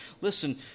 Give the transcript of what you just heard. listen